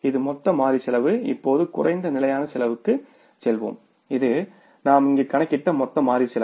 இது மொத்த மாறி செலவு இப்போது குறைந்த நிலையான செலவுக்கு செல்வோம் இது நாம் இங்கு கணக்கிட்ட மொத்த மாறி செலவு